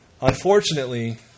Unfortunately